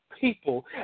people